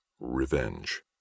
Revenge